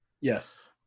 Yes